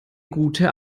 gute